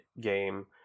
game